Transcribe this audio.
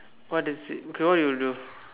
what is it okay what you will do